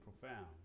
profound